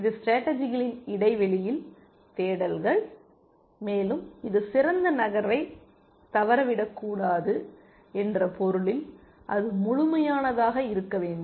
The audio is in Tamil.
இது ஸ்டேடர்ஜிகளின் இடைவெளியில் தேடல்கள் மேலும் இது சிறந்த நகர்வை தவறவிடக்கூடாது என்ற பொருளில் அது முழுமையானதாக இருக்க வேண்டும்